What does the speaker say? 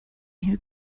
who